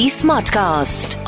smartcast